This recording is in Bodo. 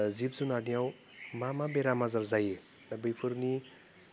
जिब जुनारनियाव मा मा बेराम आजार जायो दा बैफोरनि